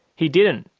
he didn't,